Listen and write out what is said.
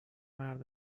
مرد